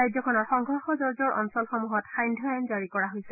ৰাজ্যখনৰ সংঘৰ্ষজৰ্জৰ অঞ্চলসমূহত সান্ধ্যআইন জাৰি কৰা হৈছে